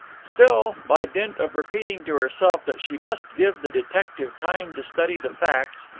still, by dint of repeating to herself that she must give the detective time to study the facts,